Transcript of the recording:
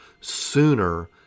sooner